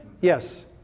Yes